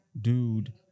dude